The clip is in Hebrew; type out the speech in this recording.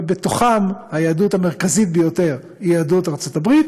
ובתוכם היהדות המרכזית ביותר היא יהדות ארצות הברית,